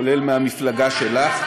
כולל מהמפלגה שלך.